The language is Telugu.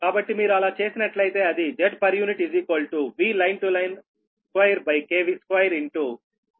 కాబట్టి మీరు అలా చేసినట్లయితే అది Zpu VL L22 BSload3∅